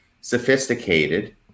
sophisticated